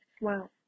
Wow